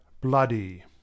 bloody